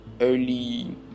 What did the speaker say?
early